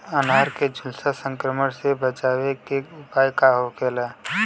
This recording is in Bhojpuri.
अनार के झुलसा संक्रमण से बचावे के उपाय का होखेला?